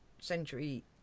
century